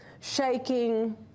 shaking